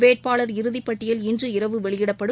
வேட்பாளர் இறதிப் பட்டியல் இன்று இரவு வெளியிடப்படும்